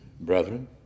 brethren